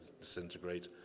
disintegrate